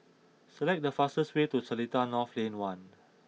select the fastest way to Seletar North Lane one